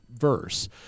verse